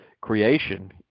creation